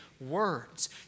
words